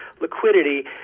liquidity